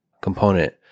component